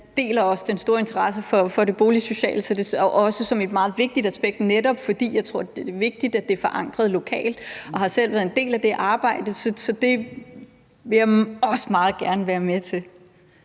deler den store interesse for det boligsociale område og ser det også som et meget vigtigt aspekt, netop fordi jeg tror, det er vigtigt, at det er forankret lokalt, og jeg har selv været en del af det arbejde. Så det vil jeg også meget gerne være med til.